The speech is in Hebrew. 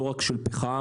לא רק של פחם,